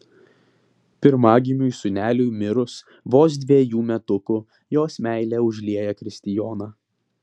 pirmagimiui sūneliui mirus vos dvejų metukų jos meilė užlieja kristijoną